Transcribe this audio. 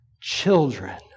children